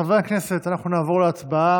חברי הכנסת, אנחנו נעבור להצבעה